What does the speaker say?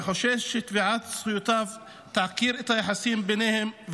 וחושש שתביעת זכויותיו תעכיר את היחסים ביניהם,